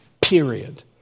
period